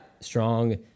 Strong